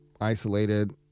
isolated